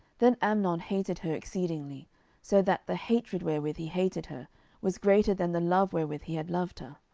then amnon hated her exceedingly so that the hatred wherewith he hated her was greater than the love wherewith he had loved her.